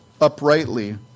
uprightly